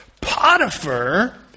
Potiphar